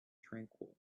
tranquil